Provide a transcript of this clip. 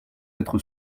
être